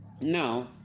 Now